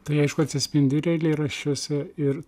tai aišku atsispindi ir eilėraščiuose ir